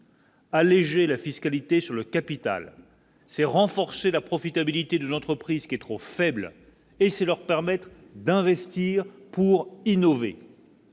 Alléger la fiscalité sur le capital, c'est renforcer la profitabilité de l'entreprise qui est trop faible, et c'est leur permettent d'investir pour innover.